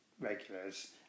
regulars